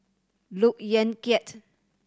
Look Yan Kit